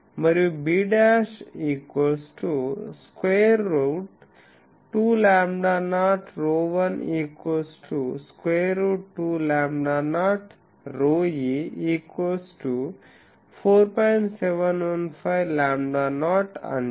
మరియు b square root 2 lambda naught ρ1 square root 2 lambda naught ρe 4